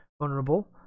vulnerable